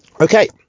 Okay